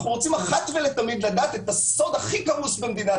אנחנו רוצים אחת ולתמיד לדעת את הסוד הכי כמוס במדינת